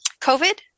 COVID